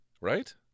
right